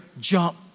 jump